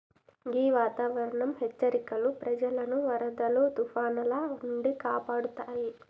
గీ వాతావరనం హెచ్చరికలు ప్రజలను వరదలు తుఫానాల నుండి కాపాడుతాయి